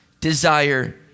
desire